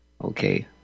Okay